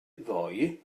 ddoe